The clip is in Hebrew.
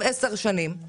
זה